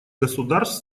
государств